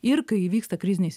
ir kai įvyksta kriziniais